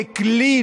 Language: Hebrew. ככלי,